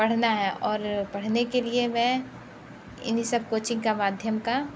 पढ़ना है और पढ़ने के लिए मैं इन्ही सब कोचिंग के माध्यम का